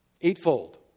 Eightfold